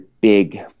big